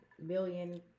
million